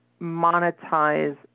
monetize